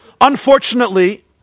Unfortunately